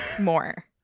more